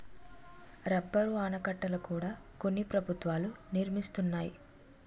rubber ఆనకట్టల కూడా కొన్ని ప్రభుత్వాలు నిర్మిస్తున్నాయి